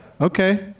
Okay